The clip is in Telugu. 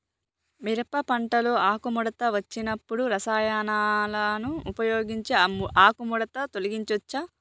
మిరప పంటలో ఆకుముడత వచ్చినప్పుడు రసాయనాలను ఉపయోగించి ఆకుముడత తొలగించచ్చా?